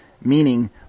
meaning